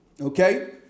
okay